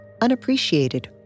unappreciated